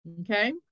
Okay